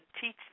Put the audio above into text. teach